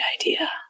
idea